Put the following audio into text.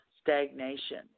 stagnation